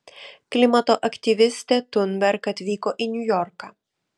klimato aktyvistė thunberg atvyko į niujorką